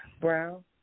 Brown